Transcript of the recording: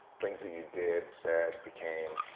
things that you did, said, became.